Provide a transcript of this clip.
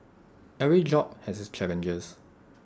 every job has its challenges